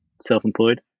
self-employed